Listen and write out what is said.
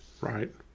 Right